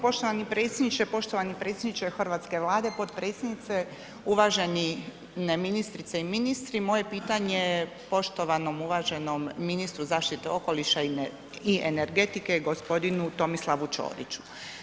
Poštovani predsjedniče, poštovani predsjedniče hrvatske Vlade, potpredsjednice, uvaženi ne ministrice i ministri, moje pitanje je poštovanom uvaženom ministru zaštite okoliša i energetike g. Tomislavu Ćoriću.